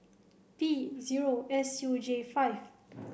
P zero S U J five